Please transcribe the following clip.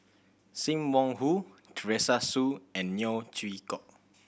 Sim Wong Hoo Teresa Hsu and Neo Chwee Kok